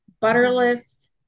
butterless